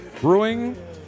Brewing